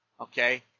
Okay